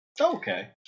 Okay